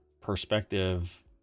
perspective